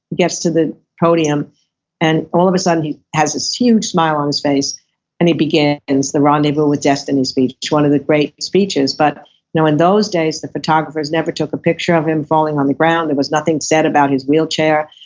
gets to the podium and all of a sudden he has this huge smile on his face and he begins and the rendezvous with destiny speech. one of the great speeches but now in those days the photographers never took a picture of him falling on the ground, there was nothing said about his wheelchair,